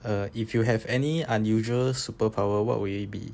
uh if you have any unusual superpower what will it be